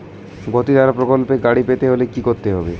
গতিধারা প্রকল্পে গাড়ি পেতে হলে কি করতে হবে?